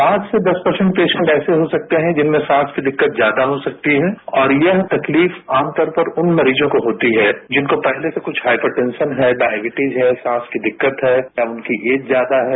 पांच से दस पर्सेंटपेशेंट ऐसे हो सकते हैं जिनमें सांस की दिक्कत ज्यादा हो सकती है और यह तकलीफ आमतौरपर उन मरीजों को होती है जिनको पहले से कुछ हाइपरटेंशन है डायबिटीज है सांस की दिक्कतहै या उनकी ऐज ज्यादा है